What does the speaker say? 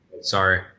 sorry